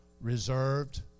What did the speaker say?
reserved